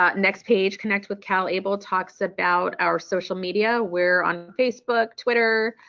ah next page, connect with calable talks about our social media we're on facebook, twitter,